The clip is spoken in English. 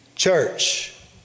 Church